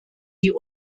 die